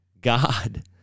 God